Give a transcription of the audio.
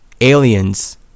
Aliens